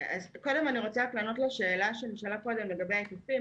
קודם אני רוצה לענות על השאלה שנשאלה קודם לגבי ההיקפים.